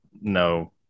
no